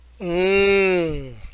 Mmm